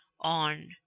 on